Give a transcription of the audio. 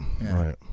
right